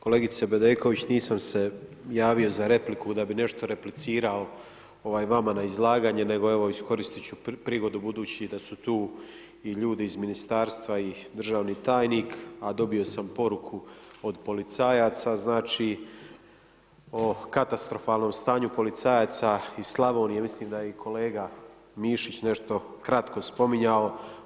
Kolegice Bedeković, nisam se javio za repliku da bi nešto replicirao vama na izlaganje, nego evo, iskoristit ću prigodu, buduću da su tu i ljudi iz ministarstva i državni tajnik, a dobio sam poruku od policajaca o katastrofalnom stanju policajaca iz Slavonije, mislim da je i kolega Mišić nešto kratko spominjao.